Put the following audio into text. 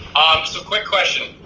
so quick question.